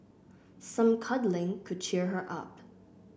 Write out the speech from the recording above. some cuddling could cheer her up